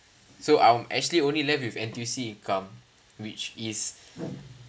so I'm actually only left with N_T_U_C income which is